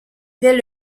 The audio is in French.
dès